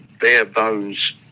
bare-bones